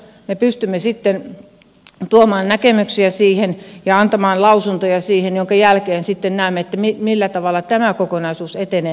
me pystymme sitten tuomaan näkemyksiä siihen ja antamaan lausuntoja siihen jonka jälkeen sitten näemme millä tavalla tämä kokonaisuus etenee